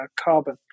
carbon